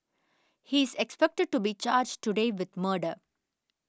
he is expected to be charged today with murder